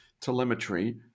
telemetry